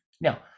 now